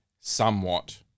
somewhat